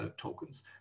tokens